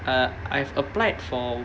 uh I've applied for